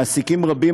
מעסיקים רבים,